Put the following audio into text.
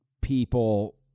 people